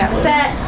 set,